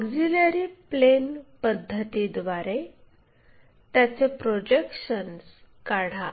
auxiliary plane पद्धतीद्वारे त्याचे projections काढा